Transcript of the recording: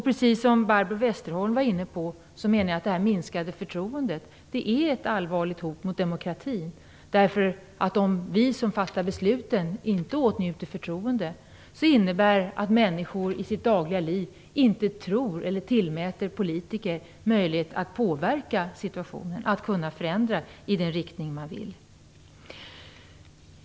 Precis som Barbro Westerholm nämnde är det minskade förtroendet ett allvarligt hot mot demokratin. Om vi som fattar besluten inte åtnjuter förtroende innebär det att människor i sitt dagliga liv inte tillmäter politiker möjlighet att påverka situationen, att förändra i den riktning som man vill.